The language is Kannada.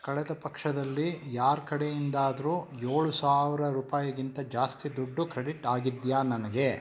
ಕಳೆದ ಪಕ್ಷದಲ್ಲಿ ಯಾರ ಕಡೆಯಿಂದಾದರೂ ಏಳು ಸಾವಿರ ರೂಪಾಯಿಗಿಂತ ಜಾಸ್ತಿ ದುಡ್ಡು ಕ್ರೆಡಿಟ್ ಆಗಿದೆಯಾ ನನಗೆ